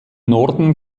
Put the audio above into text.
norden